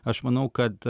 aš manau kad